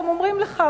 גם אומרים לך,